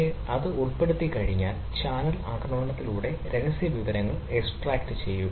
എന്നെ ഉൾപ്പെടുത്തിക്കഴിഞ്ഞാൽ side channel ആക്രമണത്തിലൂടെ രഹസ്യ വിവരങ്ങൾ എക്സ്ട്രാക്റ്റുചെയ്യുക